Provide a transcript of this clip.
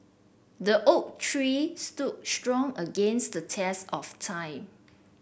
the oak tree stood strong against the test of time